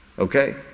Okay